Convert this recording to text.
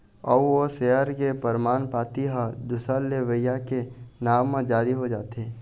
अउ ओ सेयर के परमान पाती ह दूसर लेवइया के नांव म जारी हो जाथे